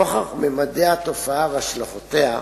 נוכח ממדי התופעה והשלכותיה,